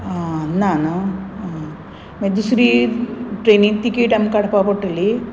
ना न्हू मागीर दुसरी ट्रेनी तिकेट आमकां काडपा पडटली